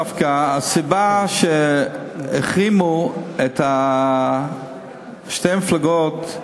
דווקא הסיבה שהחרימו את שתי המפלגות,